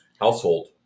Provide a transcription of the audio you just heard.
household